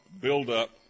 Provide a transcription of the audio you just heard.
buildup